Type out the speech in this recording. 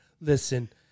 Listen